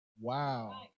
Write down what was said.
wow